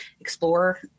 explore